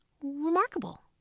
remarkable